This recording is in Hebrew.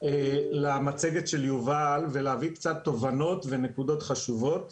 למצגת של יובל ולהביא קצת תובנות ונקודות חשובות.